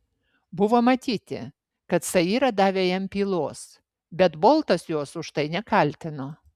buvo matyti kad saira davė jam pylos bet boltas jos už tai nekaltino